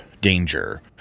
danger